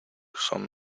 son